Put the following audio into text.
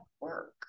work